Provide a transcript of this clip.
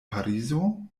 parizo